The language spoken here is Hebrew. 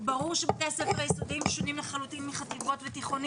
ברור שבתי הספר היסודיים שונים לחלוטין מהחטיבות ומהתיכונים,